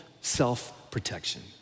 self-protection